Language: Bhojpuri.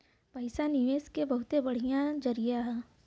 पइसा निवेस के बहुते बढ़िया जरिया हौ